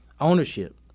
ownership